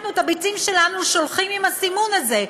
אנחנו את הביצים שלנו שולחים עם הסימון הזה,